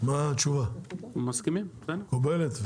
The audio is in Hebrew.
כן, מקובלת.